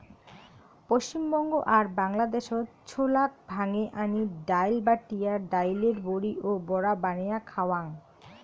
পশ্চিমবঙ্গ আর বাংলাদ্যাশত ছোলাক ভাঙে আনি ডাইল, বাটিয়া ডাইলের বড়ি ও বড়া বানেয়া খাওয়াং